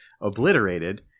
obliterated